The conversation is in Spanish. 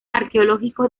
arqueológicos